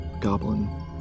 goblin